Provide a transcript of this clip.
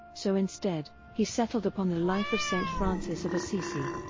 so instead, he settled upon the life of st. francis of assisi.